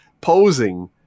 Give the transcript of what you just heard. posing